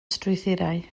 strwythurau